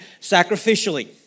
sacrificially